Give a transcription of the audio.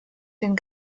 den